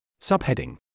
Subheading